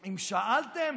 אם שאלתם